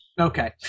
Okay